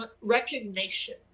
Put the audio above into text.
recognition